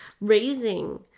raising